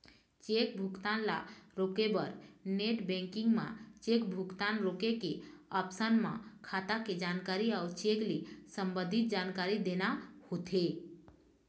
cheque भुगतान ल रोके बर नेट बेंकिंग म चेक भुगतान रोके के ऑप्सन म खाता के जानकारी अउ चेक ले संबंधित जानकारी देना होथे